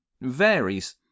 varies